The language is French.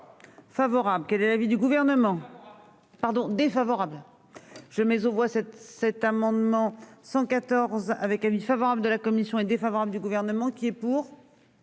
Favorable, quel est l'avis du gouvernement. Pardon défavorable je mais on voit cet, cet amendement 114 avec avis favorable de la commission est défavorable du gouvernement qui est pour.--